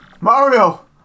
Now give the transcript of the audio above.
Mario